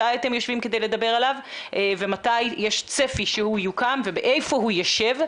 מתי אתם יושבים כדי לדבר עליו ומתי יש צפי שהוא יוקם ואיפה הוא יישב,